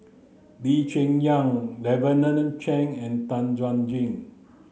Lee Cheng Yan Lavender Chang and Tan Chuan Jin